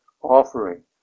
offering